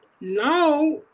Now